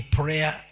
prayer